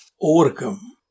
overcome